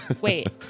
wait